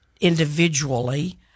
individually